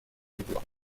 doigts